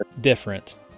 different